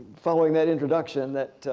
following that introduction that,